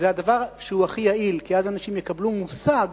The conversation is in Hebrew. זה הדבר שהוא הכי יעיל, כי אז אנשים יקבלו מושג